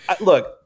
Look